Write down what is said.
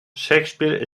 shakespeare